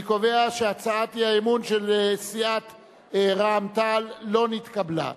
אני קובע שהצעת האי-אמון של סיעת רע"ם-תע"ל לא נתקבלה.